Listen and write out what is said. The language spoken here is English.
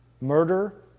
murder